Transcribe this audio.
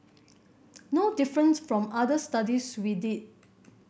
no different from other studies we did